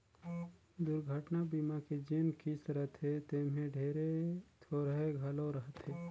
दुरघटना बीमा के जेन किस्त रथे तेम्हे ढेरे थोरहें घलो रहथे